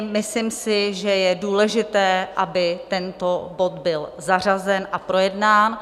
Myslím si, že je důležité, aby tento bod byl zařazen a projednán.